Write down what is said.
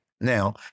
Now